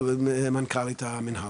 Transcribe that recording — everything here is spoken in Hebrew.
או מנכ"לית המנהל.